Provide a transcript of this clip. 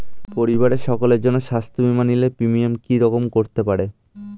পরিবারের সকলের জন্য স্বাস্থ্য বীমা নিলে প্রিমিয়াম কি রকম করতে পারে?